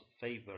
favor